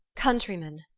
countrymen,